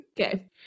Okay